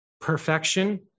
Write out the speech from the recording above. perfection